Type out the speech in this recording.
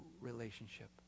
relationship